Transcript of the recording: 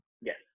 yes